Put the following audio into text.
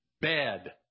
bed